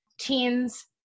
teens